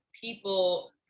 people